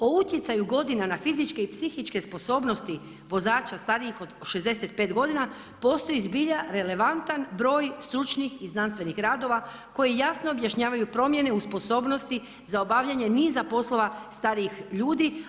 O utjecaju godina na fizičke i psihičke sposobnosti vozača starijih od 65 godina, postoji zbilja relevantan broj sturčnih i znanstvenih radova, koji jasno objašnjavaju promijene u sposobnosti za obavljanje niza poslova starijih ljudi.